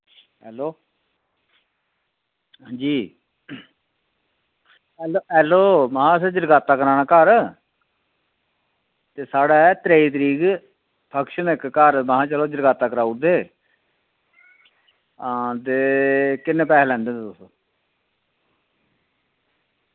hello अंजी hello महां असें जरगाता कराना घर ते साढ़े त्रेई तरीक फंक्शन ऐ इक्क घर महां जरगाता कराई ओड़दे हे आं ते किन्ने पैसे लैंदे होंदे तुस